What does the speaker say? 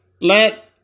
let